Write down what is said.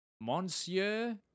monsieur